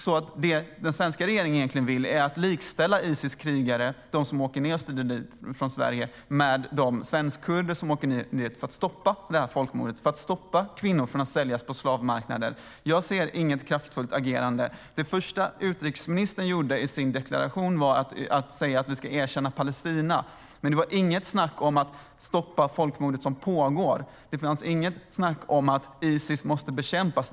Det som den svenska egentligen vill är att likställa de krigare som åker ned från Sverige och strider för Isis med de svenskkurder som åker ned för att stoppa folkmordet och stoppa att kvinnor säljs på slavmarknader. Jag ser inget kraftfullt agerande. Det första utrikesministern gjorde i sin deklaration var att säga att vi ska erkänna Palestina, men det talades inget om att stoppa det folkmord som pågår. Det talades inget om att Isis måste bekämpas.